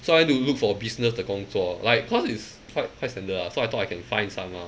so I want to look for business 的工作 like cause it's quite quite standard ah so I thought I can find some ah